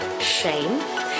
shame